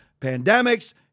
pandemics